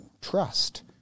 trust